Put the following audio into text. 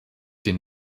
den